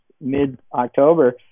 mid-October